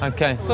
Okay